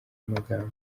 amagambo